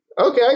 Okay